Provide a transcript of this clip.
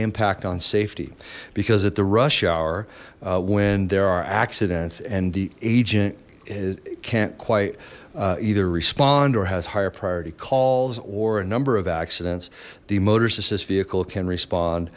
impact on safety because at the rush hour when there are accidents and the agent can't quite either respond or has higher priority calls or a number of accidents the motorist assist vehicle can